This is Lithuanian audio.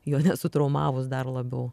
jo nesutraumavus dar labiau